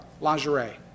lingerie